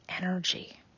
energy